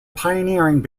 pioneering